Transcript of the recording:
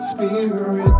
Spirit